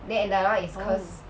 oh